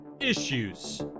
issues